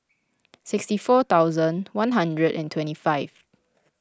sixty four thousand one hundred and twenty five